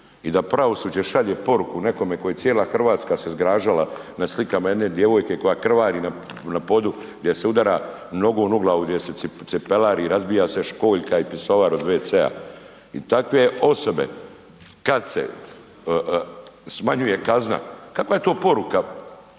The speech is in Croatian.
i da pravosuđe šalje poruku nekome koje cijela Hrvatska se zgražala na slikama jedne djevojke koja krvari na podu gdje se udara nogom u glavu, gdje se cipelari i razbija se školjka i pisoar od WC-a. I takve osobe kada se smanjuje kazna kakva je to poruka?